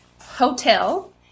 hotel